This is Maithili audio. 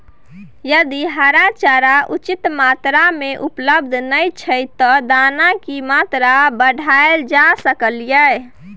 यदि हरा चारा उचित मात्रा में उपलब्ध नय छै ते दाना की मात्रा बढायल जा सकलिए?